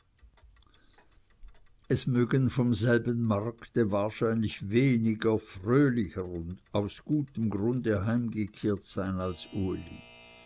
es mögen vom selben markte wahrscheinlich wenige fröhlicher aus gutem grunde heimgekehrt sein als uli